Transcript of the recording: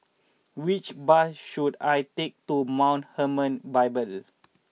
which bus should I take to Mount Hermon Bible